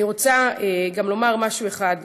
אני רוצה לומר דבר אחד: